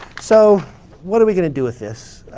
so what are we going to do with this?